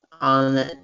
on